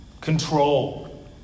Control